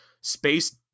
space